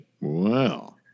Wow